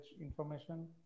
information